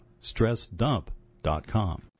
StressDump.com